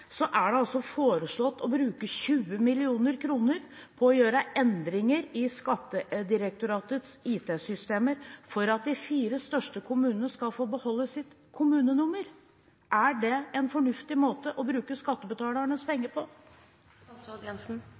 er det foreslått å bruke 20 mill. kr på å gjøre endringer i Skattedirektoratets IT-systemer for at de fire største kommunene skal få beholde sitt kommunenummer. Er det en fornuftig måte å bruke skattebetalernes penger på?